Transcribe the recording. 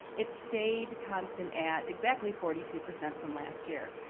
it stayed constant at exactly forty two percent from last year.